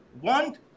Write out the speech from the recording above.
want